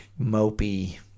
mopey